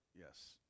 yes